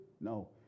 No